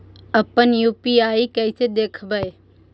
अपन यु.पी.आई कैसे देखबै?